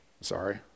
Sorry